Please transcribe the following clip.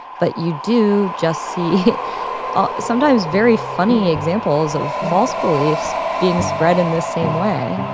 but you do just see sometimes very funny examples of false beliefs being spread in the same way